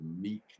meekness